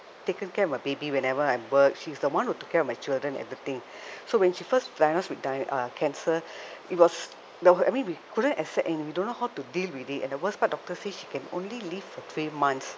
taken care of my baby whenever I'm work she's the one who took care of my children everything so when she first diagnose with d~ uh cancer it was the I mean we couldn't accept and we don't know how to deal with it and the worst part doctor said she can only live for three months